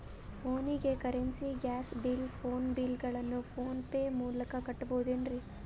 ಫೋನಿಗೆ currency, gas bill, phone bill ಗಳನ್ನು PhonePe ಮೂಲಕ ಕಟ್ಟಬಹುದೇನ್ರಿ?